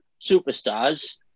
superstars